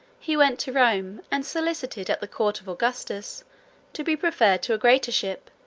he went to rome, and solicited at the court of augustus to be preferred to a greater ship,